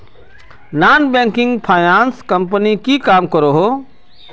Non banking finance company की काम करोहो?